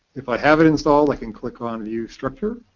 if i have it installed i can click on view structure,